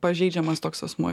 pažeidžiamas toks asmuo